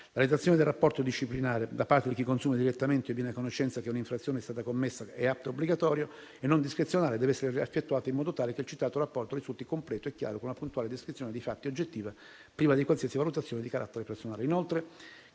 La redazione del rapporto disciplinare da parte di chi consuma direttamente o viene a conoscenza che un'infrazione è stata commessa è atto obbligatorio e non discrezionale e deve essere effettuata in modo tale che il citato rapporto risulti completo e chiaro con una puntuale descrizione dei fatti oggettiva, priva di qualsiasi valutazione di carattere personale.